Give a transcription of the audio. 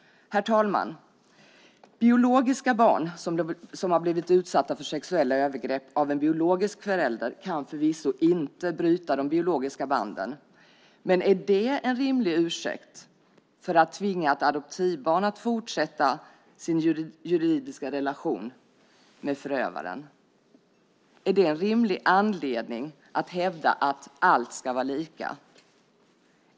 Herr talman! Biologiska barn som blivit utsatta för sexuella övergrepp av en biologisk förälder kan förvisso inte bryta de biologiska banden. Men är det en rimlig ursäkt för att tvinga ett adoptivbarn att fortsätta sin juridiska relation med förövaren? Är det en rimlig anledning att hävda att allt ska vara lika?